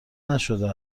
نشده